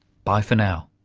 bye for now